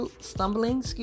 stumbling